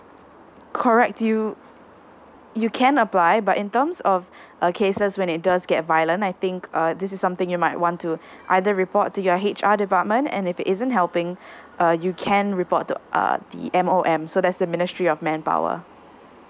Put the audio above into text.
correct you you can apply but in terms of uh cases when it does get violent I think uh this is something you might want to either report to your H_R department and if it isn't helping uh you can report to err the M_O_M so that's the ministry of manpower